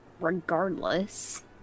Regardless